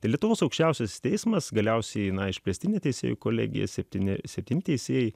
į lietuvos aukščiausiasis teismas galiausiai išplėstinė teisėjų kolegija septyni septyni teisėjai